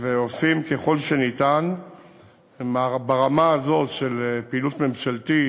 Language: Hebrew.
ועושים ככל שניתן ברמה הזו של פעילות ממשלתית,